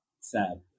sad